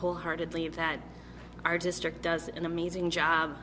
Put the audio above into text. wholeheartedly that our district does an amazing job